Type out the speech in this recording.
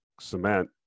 Cement